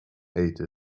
ate